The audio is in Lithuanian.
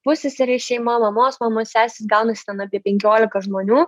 pusseserės šeima mamos mamos sesės gaunasi ten apie penkiolika žmonių